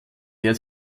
der